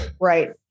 Right